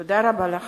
תודה רבה לכם.